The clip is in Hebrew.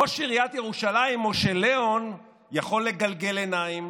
ראש עיריית ירושלים משה ליאון יכול לגלגל עיניים